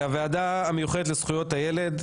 הוועדה המיוחדת לזכויות הילד.